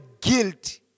guilt